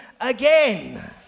again